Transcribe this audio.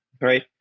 right